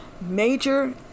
major